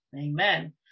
amen